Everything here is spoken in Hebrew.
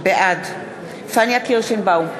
בעד פניה קירשנבאום,